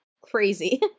Crazy